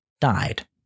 died